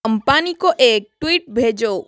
अंबानी को एक ट्वीट भेजो